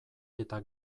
eta